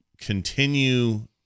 continue